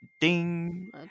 Ding